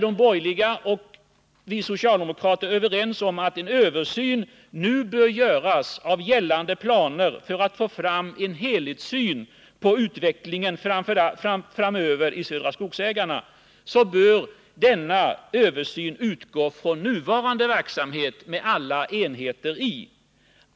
De borgerliga och vi socialdemokrater är överens om att en översyn nu bör göras av gällande planer för att få fram en helhetssyn på utvecklingen framöver i Södra Skogsägarna. Denna översyn bör utgå från nuvarande verksamhet med alla enheter.